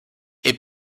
est